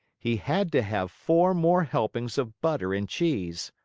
he had to have four more helpings of butter and cheese.